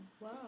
Wow